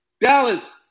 Dallas